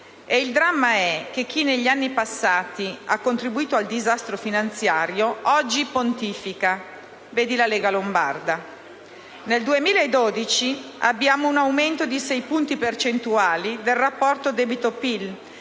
Il dramma è che chi negli anni passati ha contribuito al disastro finanziario oggi pontifica, vedi la Lega Nord. Nel 2012 abbiamo un aumento di 6 punti percentuali del rapporto debito-PIL